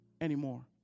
anymore